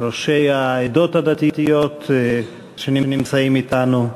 ראשי העדות הדתיות שנמצאים אתנו,